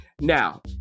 Now